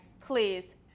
please